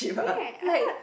right I thought